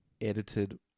edited